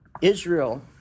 Israel